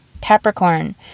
Capricorn